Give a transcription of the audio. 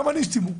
גם אני איש ציבור,